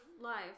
life